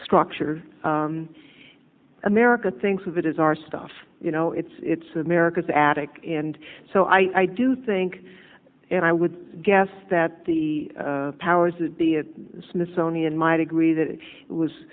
structure america thinks of it is our stuff you know it's america's attic and so i do think and i would guess that the powers that be at smithsonian might agree that it was